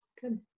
Good